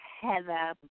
Heather